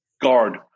guard